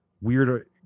weird